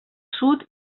sud